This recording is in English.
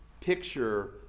picture